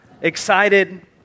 excited